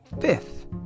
fifth